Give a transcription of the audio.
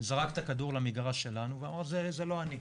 שזרק את הכדור למגרש שלנו ואמר 'זה לא אני',